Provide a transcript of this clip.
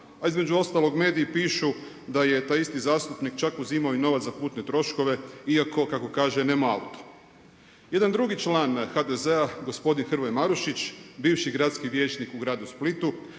a između ostalog mediji pišu da je taj isti zastupnik čak uzimao i novac za putne troškove, iako kako kaže nema auto. Jedan drugi član HDZ-a gospodin Hrvoje Marušić bivši gradski vijećnik u gradu Splitu